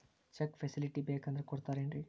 Check facility ಬೇಕಂದ್ರ ಕೊಡ್ತಾರೇನ್ರಿ?